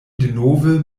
denove